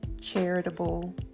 charitable